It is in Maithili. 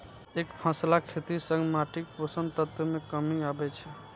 एकफसला खेती सं माटिक पोषक तत्व मे कमी आबै छै